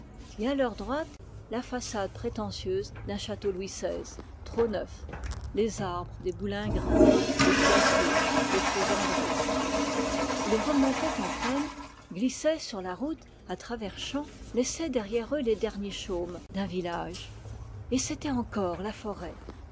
et à leur droite la façade d'un château louis xvi les arbres des boulingrins les pièces d'eau les faisanderies ils remontaient en plaine glissaient sur la route à travers champs laissaient derrière eux les derniers chaumes d'un village et c'était encore la forêt